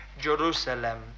Jerusalem